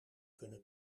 kunnen